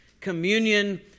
communion